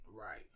Right